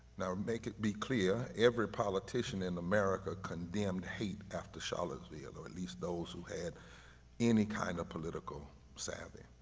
now, make it be clear, every politician in america condemned hate after charlottesville or at least those who had any kind of political savvy,